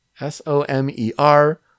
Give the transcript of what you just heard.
S-O-M-E-R